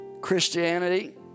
Christianity